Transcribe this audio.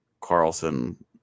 Carlson